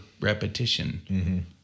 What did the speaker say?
repetition